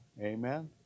Amen